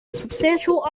substantial